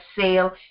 sale